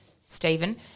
Stephen